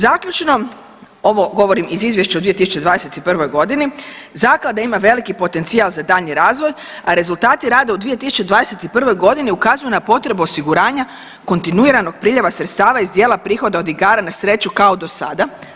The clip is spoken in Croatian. Zaključno, ovog govorim iz izvješća u 2021. godini zaklada ima veliki potencijal za daljnji razvoj, a rezultati rada u 2021. godini ukazuju na potrebu osiguranja kontinuiranog priljeva sredstava od dijela prihoda od igara na sreću kao dosada.